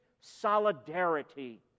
solidarity